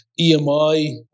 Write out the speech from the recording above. EMI